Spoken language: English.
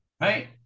right